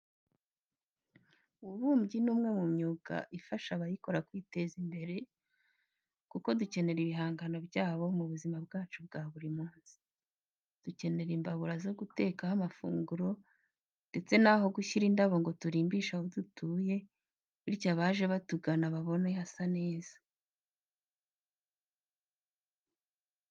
Ububumbyi ni umwe mu myuga ifasha abayikora kwiteza imbere kuko dukenera ibihangano byabo mu buzima bwacu bwa buri munsi. Dukenera imbabura zo gutekaho amafunguro ndetse naho gushyira indabo ngo turimbishe aho dutuye bityo abaje batugana babone hasa neza.